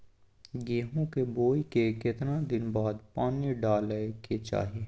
गेहूं के बोय के केतना दिन बाद पानी डालय के चाही?